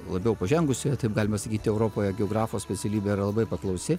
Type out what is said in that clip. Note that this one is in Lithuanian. labiau pažengusioje taip galima sakyti europoje geografo specialybė yra labai paklausi